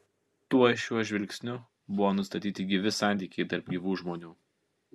tuoj šiuo žvilgsniu buvo nustatyti gyvi santykiai tarp gyvų žmonių